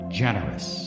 generous